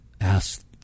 ask